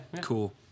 Cool